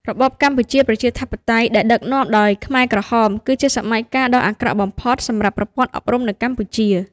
របបកម្ពុជាប្រជាធិបតេយ្យ ដែលដឹកនាំដោយខ្មែរក្រហម គឺជាសម័យកាលដ៏អាក្រក់បំផុតសម្រាប់ប្រព័ន្ធអប់រំនៅកម្ពុជា។